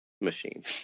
machine